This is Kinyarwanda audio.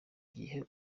gihe